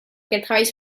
travaille